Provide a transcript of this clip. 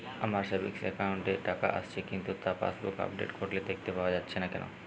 আমার savings account এ টাকা আসছে কিন্তু তা পাসবুক আপডেট করলে দেখতে পাওয়া যাচ্ছে না কেন?